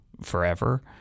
forever